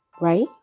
Right